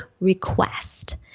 request